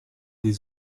des